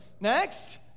Next